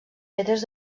pedres